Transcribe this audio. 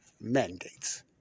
mandates